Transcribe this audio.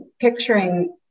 picturing